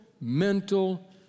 mental